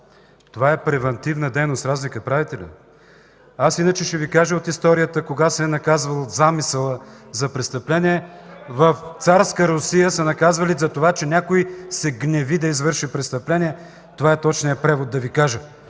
Това е превантивна дейност – разлика правите ли? Аз иначе ще Ви кажа от историята кога се е наказвал замисълът за престъпление. В царска Русия са наказвали за това, че някой се гневи да извърши престъпление – това е точният превод. Но тук